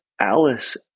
Alice